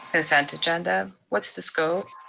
concent agenda. what's the scope?